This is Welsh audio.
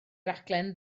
raglen